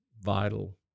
vital